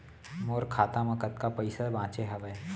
मोर खाता मा कतका पइसा बांचे हवय?